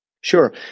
Sure